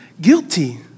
guilty